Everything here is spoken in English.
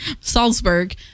Salzburg